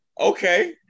okay